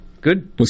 Good